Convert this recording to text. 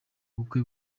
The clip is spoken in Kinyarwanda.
bukwe